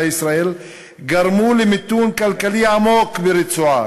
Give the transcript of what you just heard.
ישראל גרמו למיתון כלכלי עמוק ברצועה,